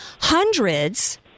Hundreds